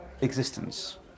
existence